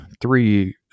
three